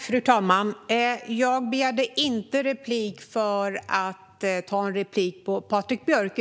Fru talman! Jag begärde inte replik för att bemöta Patrik Björck.